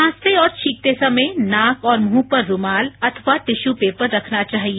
खांसते और छींकते समय नाक और मुंह पर रूमाल अथवा टिश्यू पेपर रखना चाहिए